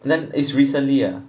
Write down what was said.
then it's recently ah